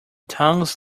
tongs